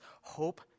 hope